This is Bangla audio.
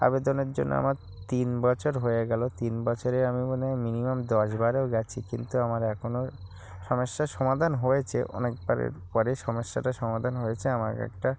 আবেদনের জন্য আমার তিন বছর হয়ে গেলো তিন বছরে আমি মনে হয় মিনিমাম দশ বারও গিয়েছি কিন্তু আমার এখনও সমস্যার সমাধান হয়েছে অনেকবারের পরে সমস্যাটা সমাধান হয়েছে আমাকে একটা